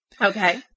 Okay